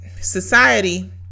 society